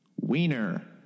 Wiener